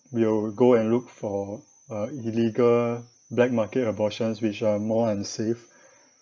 will go and look for err illegal black market abortions which are more unsafe